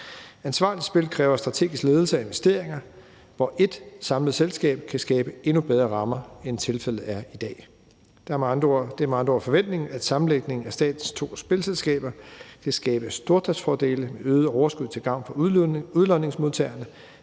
Ansvarligt spil kræver strategisk ledelse og investeringer, hvor ét samlet selskab kan skabe endnu bedre rammer, end tilfældet er i dag. Det er med andre ord forventningen, at sammenlægningen af statens to spilselskaber kan skabe stordriftsfordele med øget overskud til gavn for udlodningsmodtagerne,